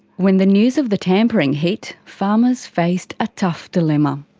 when the news of the tampering hit, farmers faced a tough dilemma